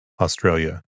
Australia